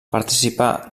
participà